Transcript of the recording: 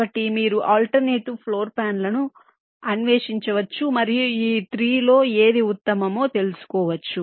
కాబట్టి మీరు alternative floor plan లను అన్వేషించవచ్చు మరియు ఈ 3 లో ఏది ఉత్తమమో తెలుసుకోవచ్చు